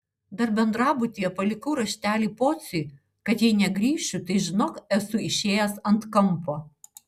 dar bendrabutyje palikau raštelį pociui kad jei negrįšiu tai žinok esu išėjęs ant kampo